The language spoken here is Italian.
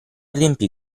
riempì